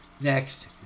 next